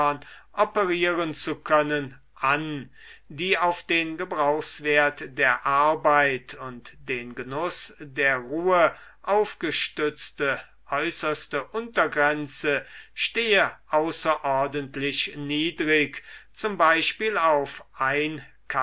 operieren zu können an die auf den gebrauchswert der arbeit und den genuß der ruhe auf gestützte äußerste untergrenze stehe außerordentlich niedrig z b auf